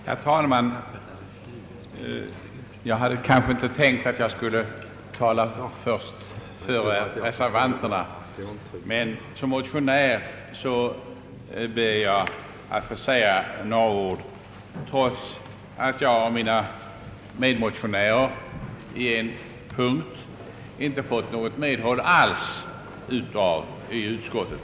Herr talman! Jag hade kanske inte tänkt att jag skulle få ordet före reservanterna, men som motionär ber jag att få säga några ord trots att jag och mina medmotionärer i en punkt inte fått något medhåll alls av utskottet.